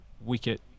wicket